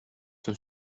son